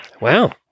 Wow